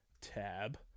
tab